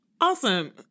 Awesome